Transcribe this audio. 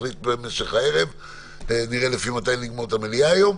נחליט במשך הערב לפי שעת סיום המליאה היום.